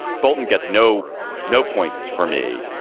bolton gets no no points for me,